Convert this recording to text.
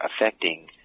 affecting